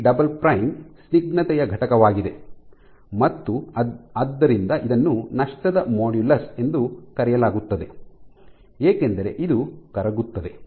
G double prime G" ಸ್ನಿಗ್ಧತೆಯ ಘಟಕವಾಗಿದೆ ಮತ್ತು ಆದ್ದರಿಂದ ಇದನ್ನು ನಷ್ಟದ ಮಾಡ್ಯುಲಸ್ ಎಂದು ಕರೆಯಲಾಗುತ್ತದೆ ಏಕೆಂದರೆ ಇದು ಕರಗುತ್ತದೆ